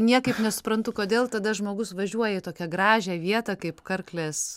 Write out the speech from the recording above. niekaip nesuprantu kodėl tada žmogus važiuoja į tokią gražią vietą kaip karklės